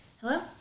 Hello